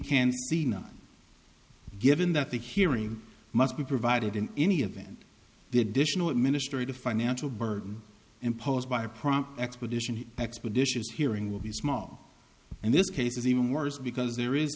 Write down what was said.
can see none given that the hearing must be provided in any event the additional administrative financial burden imposed by proper expedition expeditious hearing will be small and this case is even worse because there is